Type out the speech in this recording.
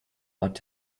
ought